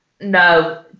No